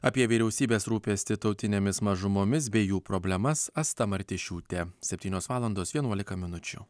apie vyriausybės rūpestį tautinėmis mažumomis bei jų problemas asta martišiūte septynios valandos vienuolika minučių